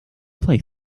play